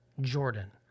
Jordan